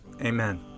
amen